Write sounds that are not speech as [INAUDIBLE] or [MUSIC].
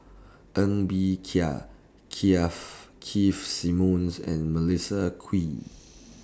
Ng Bee Kia Kia [UNINTELLIGIBLE] Keith Simmons and Melissa Kwee